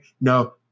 No